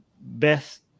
best